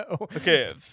Okay